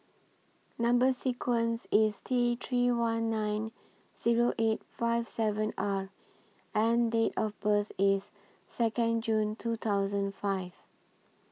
Number sequence IS T three one nine Zero eight five seven R and Date of birth IS Second June two thousand five